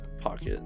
pocket